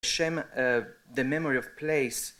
השם, the memory of place